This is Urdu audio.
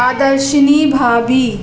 آدرشنی بھابھی